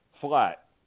flat